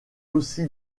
aussi